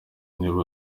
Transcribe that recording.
w’intebe